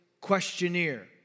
questionnaire